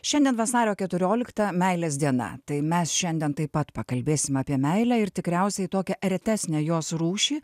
šiandien vasario keturioliktą meilės diena tai mes šiandien taip pat pakalbėsim apie meilę ir tikriausiai tokią retesnę jos rūšį